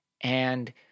And-